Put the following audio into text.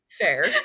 Fair